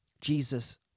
Jesus